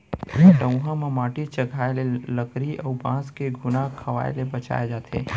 पटउहां म माटी चघाए ले लकरी अउ बांस के घुना खवई ले बचाए जाथे